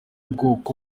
bwoko